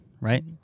right